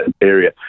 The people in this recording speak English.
area